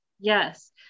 yes